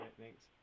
thanks